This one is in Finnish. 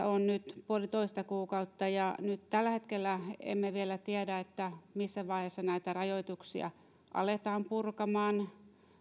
on nyt puolitoista kuukautta ja nyt tällä hetkellä emme vielä tiedä missä vaiheessa näitä rajoituksia aletaan purkamaan